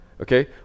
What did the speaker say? okay